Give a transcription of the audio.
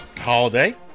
holiday